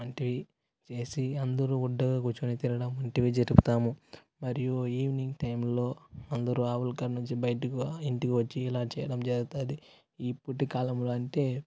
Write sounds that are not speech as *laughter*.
వంటివి చేసి అందరూ *unintelligible* కూర్చొని తినడం వంటివి జరుపుతాము మరియు ఈవినింగ్ టైంలో అందరు ఆవుల కాడ నుంచి బయటకు ఇంటికి వచ్చి ఇలా చేయడం జరుగుతుంది ఇప్పుటి కాలంలో అంటే